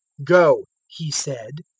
go, he said,